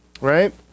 Right